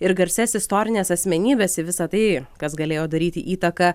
ir garsias istorines asmenybes visa tai kas galėjo daryti įtaką